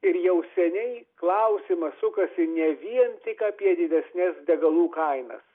ir jau seniai klausimas sukasi ne vien tik apie didesnes degalų kainas